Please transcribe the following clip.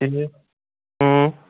ٹھیٖک